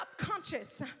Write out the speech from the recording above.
subconscious